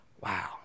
Wow